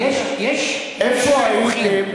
יש סימוכין,